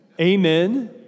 Amen